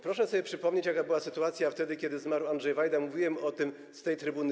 Proszę sobie przypomnieć, jaka była sytuacja, kiedy zmarł Andrzej Wajda, mówiłem o tym z tej trybuny.